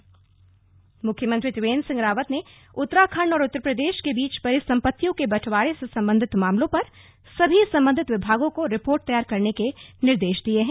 परिसंपत्तियां मुख्यमंत्री त्रिवेंद्र सिंह रावत ने उत्तराखंड और उत्तर प्रदेश के बीच परिसंपत्तियों के बंटवारे से संबंधित मामलों पर सभी सम्बंधित विभागों को रिपोर्ट तैयार करने के निर्देश दिए हैं